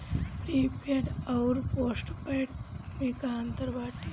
Prepaid अउर postpaid में का अंतर बाटे?